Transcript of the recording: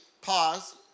pause